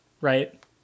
right